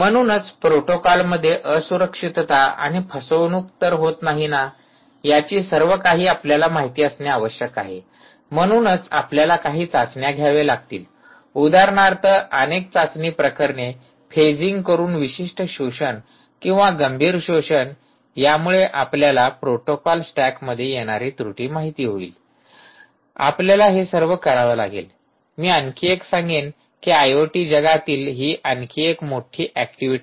म्हणूनच प्रोटोकॉलमध्ये असुरक्षितता आणि फसवणूक तर होत नाही ना याची सर्व काही आपल्याला माहित असणे आवश्यक आहे म्हणूनच आपल्याला काही चाचण्या घ्याव्या लागतील उदाहरणार्थ अनेक चाचणी प्रकरणे फेझिंग करून विशिष्ट शोषण किंवा गंभीर शोषण ज्यामुळे आपल्याला प्रोटोकॉल स्टॅकमध्ये येणारी त्रुटी माहित होईल आपल्याला हे सर्व करावे लागेल मी आणखी एक सांगेन की आयओटी जगातील हि आणखी एक मोठी ऍक्टिव्हिटी आहे